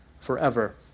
forever